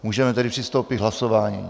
Můžeme tedy přistoupit k hlasování.